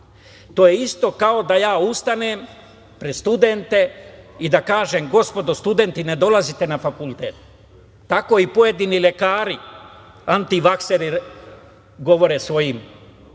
To je isto kao da ja ustanem pred studente i da kažem – gospodo studenti, ne dolazite na fakultet. Tako i pojedini lekari antivakseri govore svojim